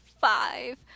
five